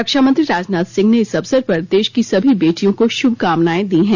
रक्षामंत्री राजनाथ सिंह ने इस अवसर पर देश की सभी बेटियों को श्भकामनाएं दी हैं